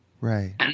Right